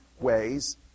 ways